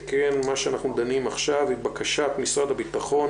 שכן מה שאנחנו דנים בו עכשיו הוא בקשת משרד הביטחון